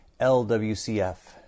LWCF